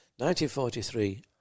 1943